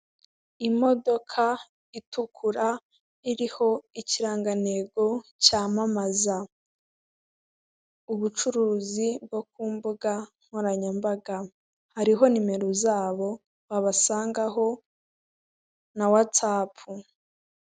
Imodoka itukura iriho ikirangantego cyamamaza ubucuruzi bwo ku mbugankoranyambaga hariho nimero zabo wabasangaho na WhatsApp.